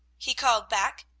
he called back,